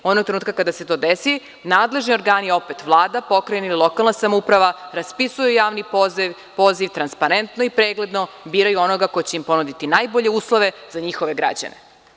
Onog trenutka kada se to desi, nadležni organi, opet Vlada, pokrajina i lokalna samouprava raspisuju javni poziv, transparentno i pregledno biraju onoga ko će im ponuditi najbolje uslove za njihove građane.